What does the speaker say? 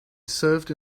served